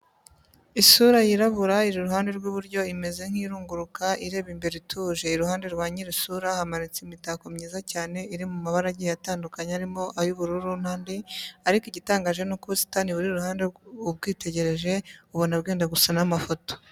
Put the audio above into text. Isura yirabura iri iruhande rw'iburyo imeze nkirunguruka urube imbere ituje. Iruhande rwa nyiri sura hamanitse imitako myiza cyane iri mu mabara agiye atandukanye arimo ay'ubururu n'andi ariko igitangaje nuko ubusitani buri iruhande ubwitegereje ubona bwenda gusa n'amafoto,